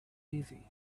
busy